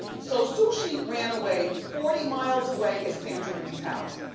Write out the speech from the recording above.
so sushi ran away forty miles away ah sandra lee's house.